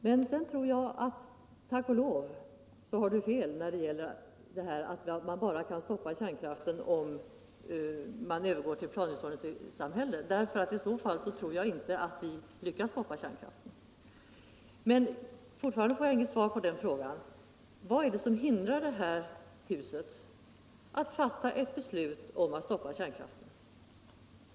Men sedan tror jag —- tack och lov — att Jörn Svensson har fel när han säger att man kan stoppa kärnkraften bara om man övergår till ett planhushållningssamhälle ty i så fall tror jag inte att vi skulle lyckas stoppa kärnkraften. Fortfarande får jag inget svar på frågan: Vad är det som hindrar oss i detta hus från att fatta ett beslut om att stoppa kärnkraften?